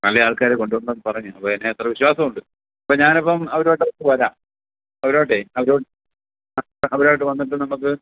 നല്ല ആൾക്കാരെ കൊണ്ടുവരണം എന്ന് പറഞ്ഞു അപ്പം എന്നെ അത്ര വിശ്വാസം ഉണ്ട് അപ്പം ഞാനിപ്പം അവരുമായിട്ട് അങ്ങോട്ട് വരാം അവരുമായിട്ടേ അവർ ആ അവരുമായിട്ട് വന്നിട്ട് നമുക്ക്